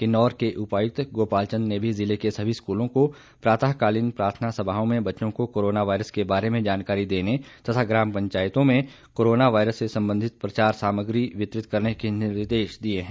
किन्नौर के उपायुक्त गोपाल चन्द ने भी जिले के सभी स्कूलो को प्रातःकालीन प्रार्थना सभाओं में बच्चो को कोरोना वायरस के बारे मे जानकारी देने तथा ग्राम पंचायतों में कोरोना वायरस से संबंधित प्रचार समाग्री वितरित करने के निर्देश दिये हैं